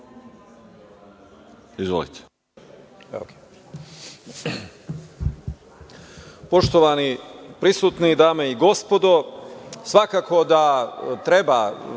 Izvolite.